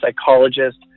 psychologist